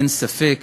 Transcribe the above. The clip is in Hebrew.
אין ספק